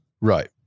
Right